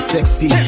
Sexy